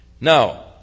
now